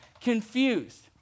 confused